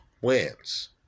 wins